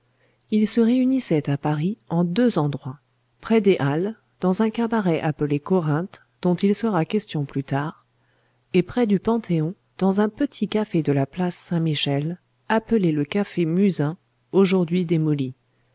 ils se réunissaient à paris en deux endroits près des halles dans un cabaret appelé corinthe dont il sera question plus tard et près du panthéon dans un petit café de la place saint-michel appelé le café musain aujourd'hui démoli